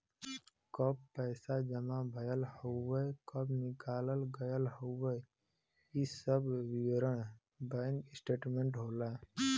कब पैसा जमा भयल हउवे कब निकाल गयल हउवे इ सब विवरण बैंक स्टेटमेंट होला